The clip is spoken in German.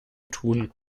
tun